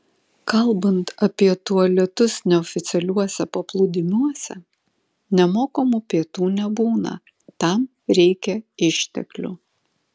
kalbant apie tualetus neoficialiuose paplūdimiuose nemokamų pietų nebūna tam reikia išteklių